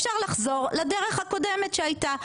אפשר לחזור לדרך הקודמת שהייתה.